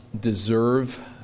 deserve